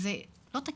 זה לא תקין.